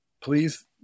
Please